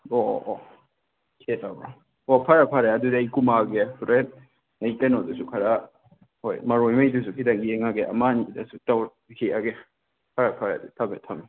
ꯑꯣ ꯑꯣ ꯑꯣ ꯑꯣ ꯐꯔꯦ ꯐꯔꯦ ꯑꯗꯨꯗꯤ ꯑꯩ ꯀꯨꯝꯃꯛꯑꯒꯦ ꯍꯣꯔꯦꯟ ꯑꯩ ꯀꯩꯅꯣꯗꯨꯁꯨ ꯈꯔ ꯍꯣꯏ ꯃꯔꯣꯏꯉꯩꯗꯨꯁꯨ ꯈꯤꯇꯪ ꯌꯦꯡꯉꯒꯦ ꯑꯃꯅꯤꯗꯁꯨ ꯍꯦꯛꯑꯒꯦ ꯐꯔꯦ ꯐꯔꯦ ꯑꯗꯨꯗꯤ ꯊꯝꯃꯦ ꯊꯝꯃꯦ